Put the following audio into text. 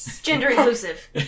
Gender-inclusive